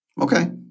Okay